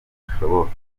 hashoboka